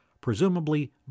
Presumably